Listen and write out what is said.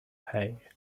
hey